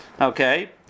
Okay